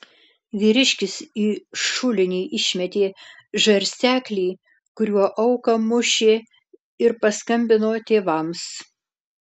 vyriškis į šulinį išmetė žarsteklį kuriuo auką mušė ir paskambino tėvams